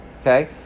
okay